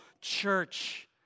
church